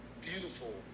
beautiful